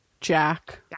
Jack